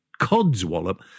codswallop